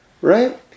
right